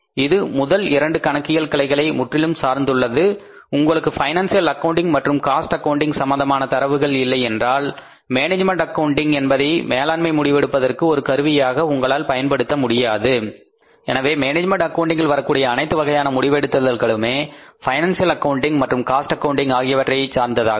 இது முதல் இரண்டு கணக்கியல் கிளைகளை முற்றிலும் சார்ந்துள்ளது உங்களுக்கு பைனான்சியல் அக்கவுண்டிங் மற்றும் காஸ்ட் அக்கவுன்டிங் சம்பந்தமான தரவுகள் இல்லை என்றால் மேனேஜ்மெண்ட் அக்கவுண்டிங் என்பதை மேளாண்மை முடிவெடுக்கும் ஒரு கருவியாக உங்களால் பயன்படுத்த முடியாது எனவே மேனேஜ்மெண்ட் அக்கவுன்டிங்கில் வரக்கூடிய அனைத்து வகையான முடிவெடுத்தல்களுமே பைனான்சியல் அக்கவுண்டிங் மற்றும் காஸ்ட் அக்கவுன்டிங் ஆகியவற்றை சார்ந்ததாகும்